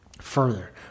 further